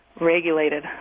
regulated